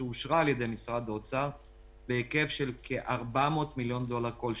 שאושרה על ידי משרד האוצר בהיקף של כ-400 מיליון דולר כל שנה.